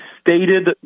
stated